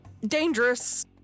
dangerous